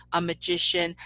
a magician,